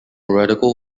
radical